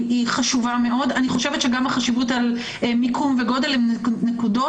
צריך לקחת בחשבון גם את החשיבות של מיקום וגודל נקודות.